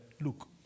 look